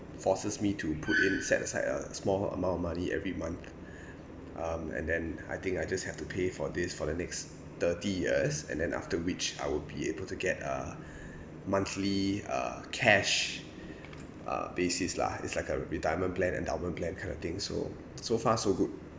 forces me to in put in set aside a small amount of money every month um and then I think I just have to pay for this for the next thirty years and then after which I will be able to get a monthly uh cash uh basis lah it's like a retirement plan endowment plan kind of things so so far so good